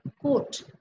Quote